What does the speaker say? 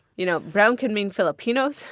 you know, brown can mean filipinos.